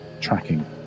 tracking